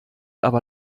aber